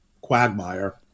quagmire